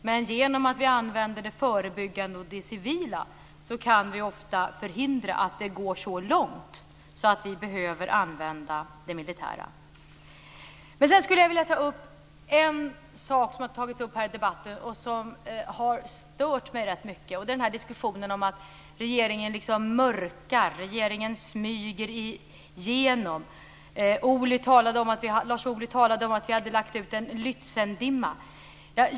Men genom att vi använder det förebyggande och det civila kan vi ofta förhindra att det går så långt att vi behöver använda det militära. Sedan skulle jag vilja ta upp en sak som har tagits upp här i debatten och som har stört mig rätt mycket. Det är diskussionen om att regeringen mörkar, regeringen smyger igenom. Lars Ohly talade om att vi hade lagt ut en Lützendimma.